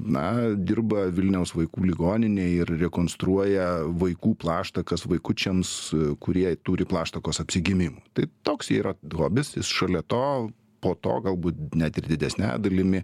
na dirba vilniaus vaikų ligoninėj ir rekonstruoja vaikų plaštakas vaikučiams kurie turi plaštakos apsigimimų tai toks yra hobis jis šalia to po to galbūt net ir didesniąja dalimi